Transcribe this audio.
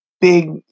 big